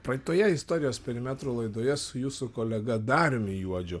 praeitoje istorijos perimetrų laidoje su jūsų kolega dariumi juodžiu